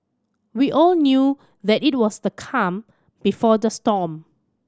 we all knew that it was the calm before the storm